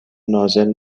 نازل